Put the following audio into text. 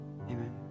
amen